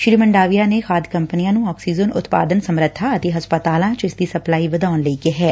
ਸ੍ਸੀ ਮੰਡਾਵੀਆਂ ਨੇ ਖਾਦ ਕੰਪਨੀਆਂ ਨੰ ਆਕਸੀਜਨ ਉਤਪਾਦਨ ਸਮਰੱਬਾ ਅਤੇ ਹਸਪਤਾਲਾਂ ਚ ਇਸ ਦੀ ਸਪਲਾਈ ਵਧਾਉਣ ਲਈ ਕਿਹੈ